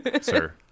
Sir